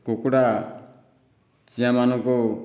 କୁକୁଡ଼ା ଚିଆଁମାନଙ୍କୁ